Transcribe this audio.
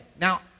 now